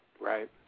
Right